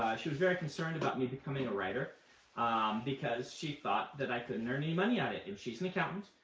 she was very concerned about me becoming a writer because she thought that i couldn't earn any money at it. and she's an accountant,